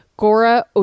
gora